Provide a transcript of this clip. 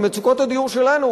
עם מצוקות הדיור שלנו,